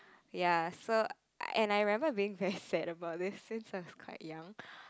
ya so and I remembered being very sad about this since I was quite young